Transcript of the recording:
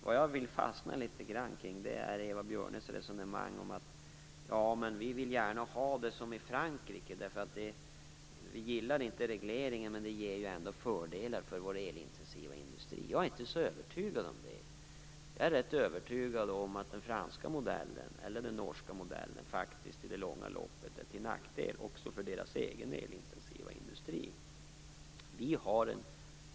Vad jag fastnar litet grand vid är Eva Björnes resonemang om att vi vill ha det som i Frankrike. Vi gillar inte regleringen, men den ger ju ändå fördelar för vår elintensiva industri. Jag är inte så övertygad om det. Jag är rätt övertygad om att den franska modellen, eller den norska, faktiskt i det långa loppet är till nackdel också för deras egen elintensiva industri.